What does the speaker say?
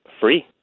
free